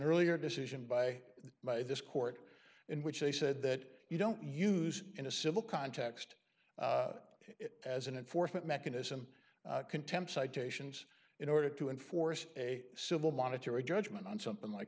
earlier decision by the by this court in which they said that you don't use in a civil context as an enforcement mechanism contempt citations in order to enforce a civil monetary judgment on something like